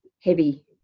heavy